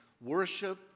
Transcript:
worship